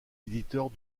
éditeurs